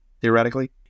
theoretically